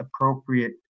appropriate